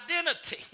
identity